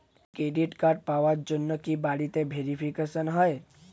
Credit card পাওয়ার জন্য কি বাড়িতে ভেরিফিকেশন হয়?